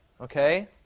okay